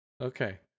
Okay